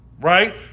right